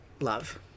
love